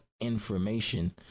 information